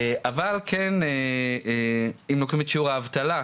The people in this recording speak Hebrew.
אבל כן אם לוקחים את שיעור האבטלה,